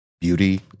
Beauty